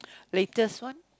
latest one